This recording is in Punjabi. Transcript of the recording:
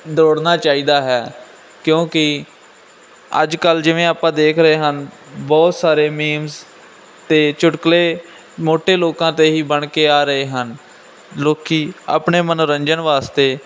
ਦੌੜਨਾ ਚਾਹੀਦਾ ਹੈ ਕਿਉਂਕਿ ਅੱਜ ਕੱਲ੍ਹ ਜਿਵੇਂ ਆਪਾਂ ਦੇਖ ਰਹੇ ਹਨ ਬਹੁਤ ਸਾਰੇ ਮੀਮਸ ਅਤੇ ਚੁਟਕਲੇ ਮੋਟੇ ਲੋਕਾਂ 'ਤੇ ਹੀ ਬਣ ਕੇ ਆ ਰਹੇ ਹਨ ਲੋਕ ਆਪਣੇ ਮਨੋਰੰਜਨ ਵਾਸਤੇ